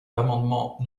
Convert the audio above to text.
l’amendement